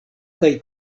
kaj